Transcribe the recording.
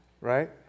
right